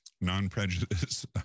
non-prejudice